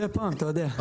מדי פעם, אתה יודע.